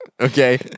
Okay